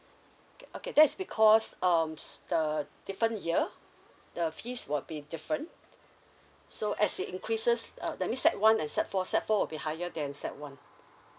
okay okay that's because um s~ the different year the fees will be different so as it increases uh that means sec one and sec four sec four will be higher than sec one